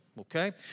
Okay